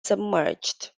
submerged